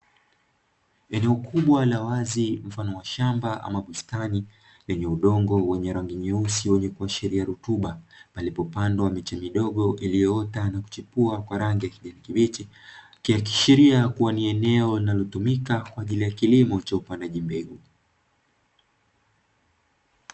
Eneo kubwa la wazi mfano wa shamba ama bustani lenye udongo wa rangi nyeusi unaoashiria rutuba, palipopandwa miche midogo iliyoota na kuchipua kwa rangi ya kijani kibichi, ikiashiria ni eneo linalotumika kwa ajili ya kilimo cha upandaji mbegu.